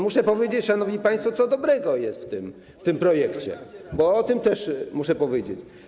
Muszę powiedzieć, szanowni państwo, co dobrego jest w tym projekcie, bo o tym też muszę powiedzieć.